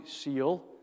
seal